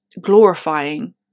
glorifying